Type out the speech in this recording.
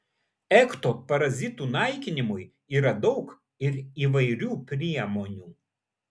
ekto parazitų naikinimui yra daug ir įvairių priemonių